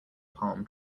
palm